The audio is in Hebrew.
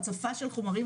הצפה של חומרים